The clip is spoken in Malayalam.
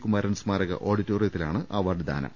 കുമാരൻ സ്മാരക ഓഡിറ്റോറിയത്തിലാണ് അവാർഡ്ദാനം